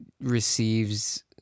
receives